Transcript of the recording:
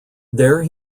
there